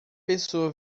pessoa